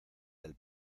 del